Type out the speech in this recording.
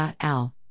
al